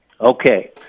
Okay